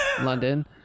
London